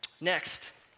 Next